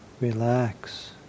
relax